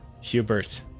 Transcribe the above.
Hubert